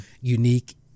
unique